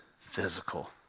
physical